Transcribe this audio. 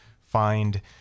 find